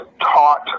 taught